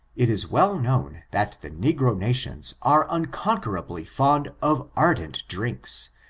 it is well known that the negro nations are un conquerably fond of ardent drinks,